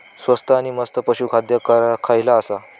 स्वस्त आणि मस्त पशू खाद्य खयला आसा?